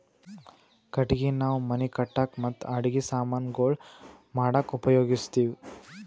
ಕಟ್ಟಗಿ ನಾವ್ ಮನಿ ಕಟ್ಟಕ್ ಮತ್ತ್ ಅಡಗಿ ಸಮಾನ್ ಗೊಳ್ ಮಾಡಕ್ಕ ಉಪಯೋಗಸ್ತಿವ್